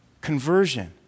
conversion